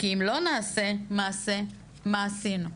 כי אם לא נעשה מעשה מה עשינו.